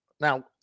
now